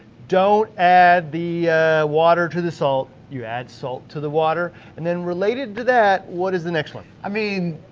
don't add the water to the salt you add salt to the water and then related to that what is the next one? i mean,